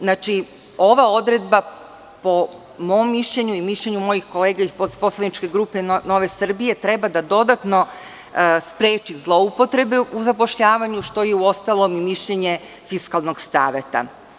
Znači, ova odredba, po mom mišljenju i mišljenju mojih kolega iz poslaničke grupe Nove Srbije, treba da dodatno spreči zloupotrebe u zapošljavanju, što je uostalom i mišljenje Fiskalnog saveta.